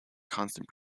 constant